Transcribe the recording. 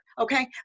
Okay